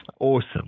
Awesome